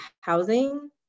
Housing